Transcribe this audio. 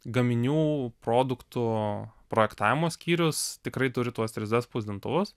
gaminių produktų projektavimo skyrius tikrai turi tuos trys d spausdintuvus